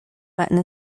button